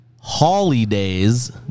Holidays